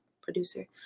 producer